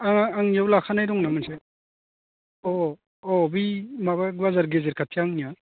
आह आं इयाव लाखानाय दंना मोनसे औ औ औ बै माबा बाजार गेजेर खाथिया आंनिया